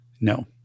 no